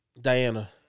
Diana